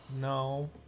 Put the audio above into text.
No